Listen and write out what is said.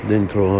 dentro